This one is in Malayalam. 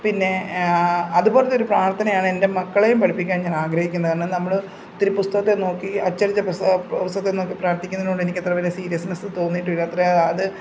പിന്നെ അതുപോലെത്തെ ഒരു പ്രാർത്ഥനയാണ് എൻ്റെ മക്കളെയും പഠിപ്പിക്കാൻ ഞാൻ ആഗ്രഹിക്കുന്നത് കാരണം നമ്മൾ ഇത്തിരി പുസ്തകത്തെ നോക്കി അച്ചടിച്ച പുസ്തകം പുസ്തകത്തെ നോക്കി പ്രാർത്ഥിക്കുന്നതിനോട് എനിക്ക് അത്ര വലിയ സീരിയസ്നെസ്സ് തോന്നിയിട്ടില്ല അത്ര അത്